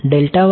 delta y